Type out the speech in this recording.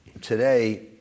Today